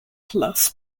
plus